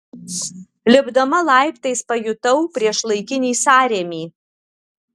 lipdama laiptais pajutau priešlaikinį sąrėmį